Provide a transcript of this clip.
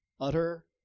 utter